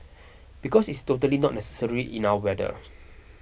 because it is totally not necessary in our weather